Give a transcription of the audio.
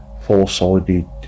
four-sided